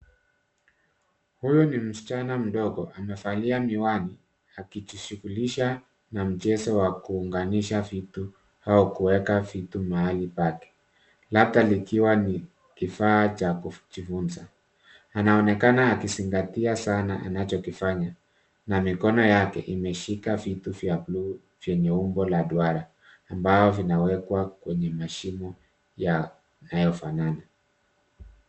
Huyu ni msichana mdogo amevalia miwani, akijishughulisha na mchezo wa kuunganisha vitu au kuweka vitu mahali pake, labda likiwa ni kifaa cha kujifunza. Anaonekana akizingatia sana anachokifanya na mikono yake imeshika vitu vya blue vyenye umbo wa duara, ambavyo vinawekwa kwenye mashimo yanayofanana.